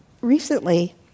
recently